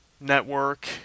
Network